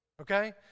Okay